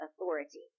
authority